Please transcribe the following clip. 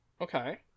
Okay